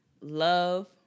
Love